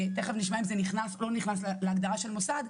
ותיכף נשמע אם זה נכנס או לא נכנס להגדרה של מוסד,